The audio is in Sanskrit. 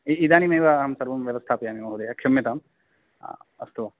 इदानीमेव अहं सर्वं व्यवस्थापयामि महोदय क्षम्यताम् अस्तु